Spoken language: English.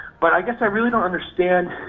but i guess i really don't understand,